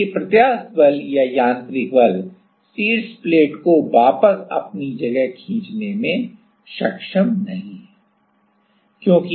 क्योंकि प्रत्यास्थ बल या यांत्रिक बल शीर्ष प्लेट को वापस अपनी जगह पर खींचने में सक्षम नहीं है